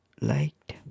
liked